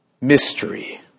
mystery